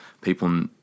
people